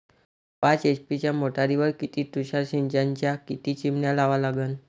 पाच एच.पी च्या मोटारीवर किती तुषार सिंचनाच्या किती चिमन्या लावा लागन?